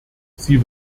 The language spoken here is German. sie